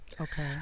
okay